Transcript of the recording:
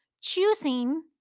choosing